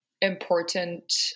important